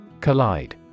Collide